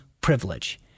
privilege